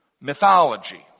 mythology